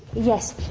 yes.